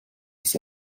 das